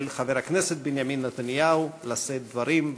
חבר הכנסת בנימין נתניהו לשאת דברים.